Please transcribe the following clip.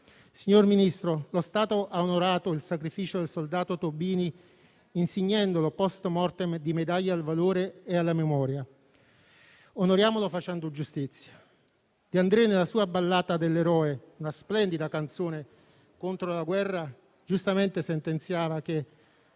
Signor Ministro, lo Stato ha onorato il sacrificio del soldato Tobini insignendolo *post mortem* di medaglie al valore e alla memoria; onoriamolo facendo giustizia. De Andrè, nella sua «Ballata dell'eroe», la splendida canzone contro la guerra, giustamente sentenziava: